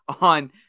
on